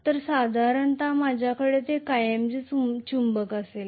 तर साधारणत माझ्याकडे तेथे कायमचे चुंबक असेल